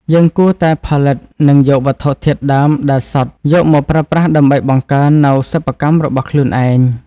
យើងគួរតែផលិតនិងយកវត្ថុធាតុដើមដែលសុទ្ធយកមកប្រើប្រាស់ដើម្បីបង្កើននូវសិប្បកម្មរបស់ខ្លួនឯង។